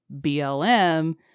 BLM